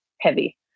heavy